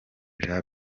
jean